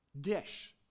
dish